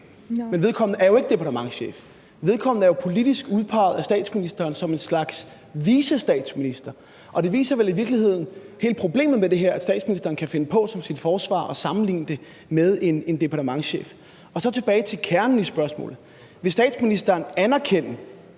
vedkommende er jo ikke departementschef. Vedkommende er jo politisk udpeget af statsministeren som en slags vicestatsminister, og det viser vel i virkeligheden hele problemet ved det her, nemlig at statsministeren kan finde på som sit forsvar at sammenligne det med en departementschef. Så tilbage til kernen i spørgsmålet: Vil statsministeren anerkende,